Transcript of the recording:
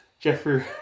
Jeffrey